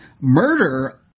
murder